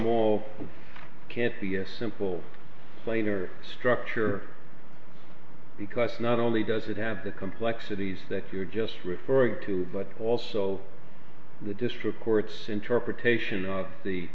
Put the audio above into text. all can't see a simple plane or structure because not only does it have the complexities that you're just referring to but also the district court's interpretation of the